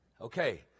Okay